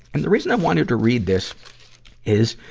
and the reason i wanted to read this is,